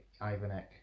Ivanek